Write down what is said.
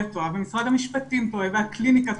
טועה ומשרד המשפטים טועה והקליניקה טועה,